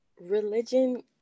religion